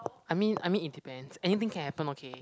I mean I mean it depends anything can happen okay